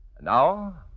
Now